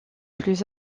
plus